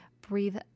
breathe